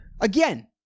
again